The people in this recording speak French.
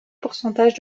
pourcentage